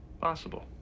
Possible